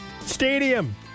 Stadium